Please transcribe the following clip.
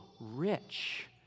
rich